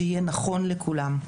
שיהיה נכון לכולם.